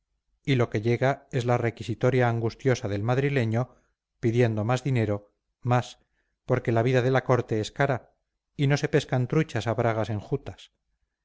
y lo que llega es la requisitoria angustiosa del madrileño pidiendo más dinero más porque la vida de la corte es cara y no se pescan truchas a